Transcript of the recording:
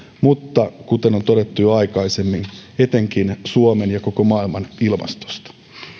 mutta kuten on todettu jo aikaisemmin etenkin suomen ja koko maailman ilmastosta